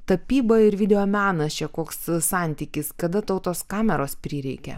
tapyba ir videomenas čia koks santykis kada tau tos kameros prireikė